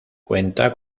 cuenta